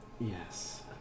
Yes